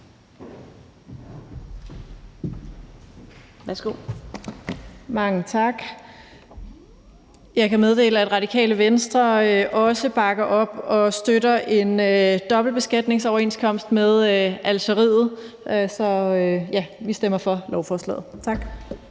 (RV): Mange tak. Jeg kan meddele, at Radikale Venstre også bakker op om og støtter en dobbeltbeskatningsoverenskomst med Algeriet. Vi stemmer for lovforslaget. Tak.